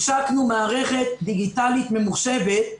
השקנו מערכת דיגיטלית ממוחשבת,